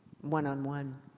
one-on-one